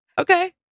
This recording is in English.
Okay